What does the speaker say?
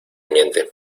miente